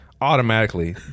automatically